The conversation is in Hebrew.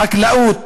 החקלאות,